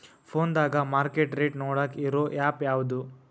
ಫೋನದಾಗ market rate ನೋಡಾಕ್ ಇರು ಆ್ಯಪ್ ಯಾವದು?